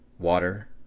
Water